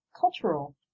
cultural